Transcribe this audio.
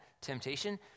temptation